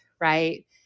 right